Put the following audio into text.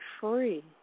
free